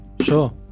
Sure